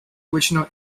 original